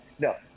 No